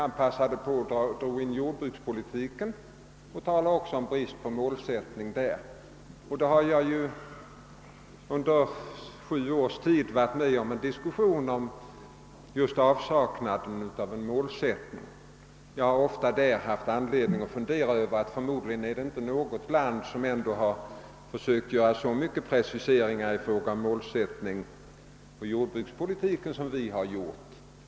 Han passade också på att dra in jordbrukspolitiken och talade om bristen på målsättning även i den. Jag har under sju års tid varit med om en diskussion just om avsaknaden av målsättning på det området, och jag har ofta haft anledning konstatera att det förmodligen inte finns något land som har försökt göra så många preciseringar i fråga om jordbrukspolitikens målsättning som vårt.